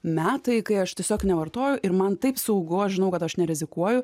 metai kai aš tiesiog nevartoju ir man taip saugu aš žinau kad aš nerizikuoju